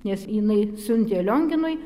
nes jinai siuntė lionginui